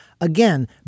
Again